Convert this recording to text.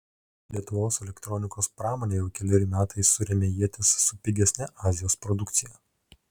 lietuvos elektronikos pramonė jau keleri metai suremia ietis su pigesne azijos produkcija